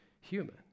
human